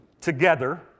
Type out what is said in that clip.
together